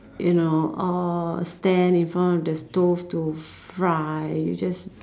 you know uh stand in front of the stove to fry you just